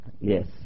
Yes